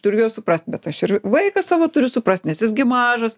turiu juos suprast bet aš ir vaiką savo turiu suprast nes jis gi mažas